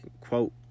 quote